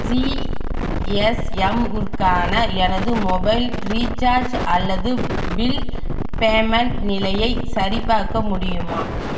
ஜிஎஸ்எம்முக்கான எனது mobile recharge அல்லது bill payment நிலையை சரிப் பார்க்க முடியுமா